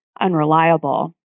unreliable